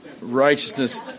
righteousness